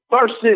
versus